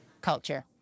culture